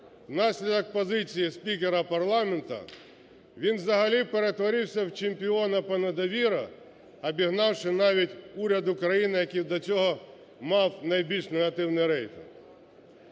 внаслідок позиції спікера парламенту він взагалі перетворився в чемпіона по недовірі, обігнавши навіть уряд України, який до цього мав найбільш негативний рейтинг.